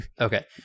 Okay